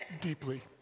Deeply